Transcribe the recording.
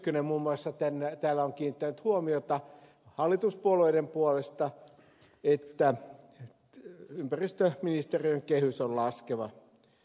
tynkkynen muun muassa täällä on kiinnittänyt huomiota hallituspuolueiden puolesta että ympäristöministeriön kehys on laskeva